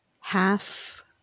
half